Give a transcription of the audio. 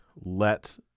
let